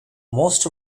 most